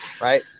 right